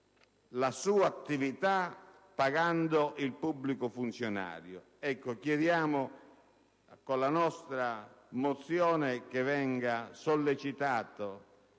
la sua attività pagando il pubblico funzionario.